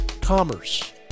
Commerce